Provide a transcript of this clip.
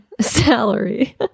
salary